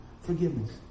Forgiveness